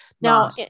Now